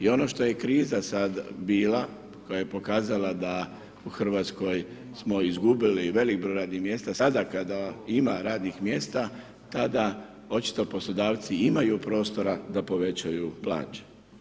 I ono što je kriza sad bila, koja je pokazala da u Hrvatskoj smo izgubili velik broj radnih mjesta, sada kada ima radnih mjesta, tada očito poslodavci imaju prostora da povećaju plaće.